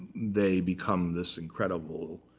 they become this incredible,